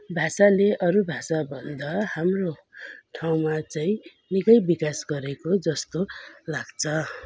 भाषाले अरू भाषा भन्दा हाम्रो ठाउँमा चाहिँ निकै विकास गरेको जस्तो लाग्छ